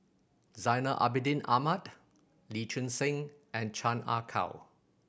Zainal Abidin Ahmad Lee Choon Seng and Chan Ah Kow